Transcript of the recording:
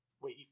Wait